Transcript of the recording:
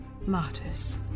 martyrs